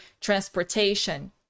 transportation